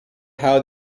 how